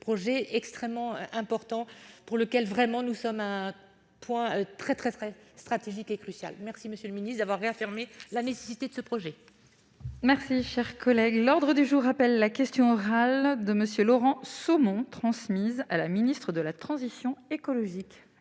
projet extrêmement important pour lequel vraiment, nous sommes un point très très très stratégique et cruciale, merci monsieur le ministre d'avoir réaffirmé la nécessité de ce projet. Merci, chers collègues, l'ordre du jour appelle la question orale de monsieur Laurent Somon, transmise à la ministre de la transition écologique.